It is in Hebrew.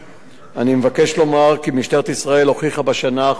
אני מבקש לומר כי משטרת ישראל הוכיחה בשנה החולפת,